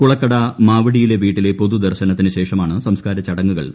കുളക്കട മാവടിയിലെ വീട്ടിലെ പൊതുദർശനത്തിന് ശേഷമാണ് സംസ്കാരച്ചടങ്ങുകൾ നടന്നത്